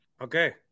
Okay